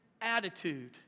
Attitude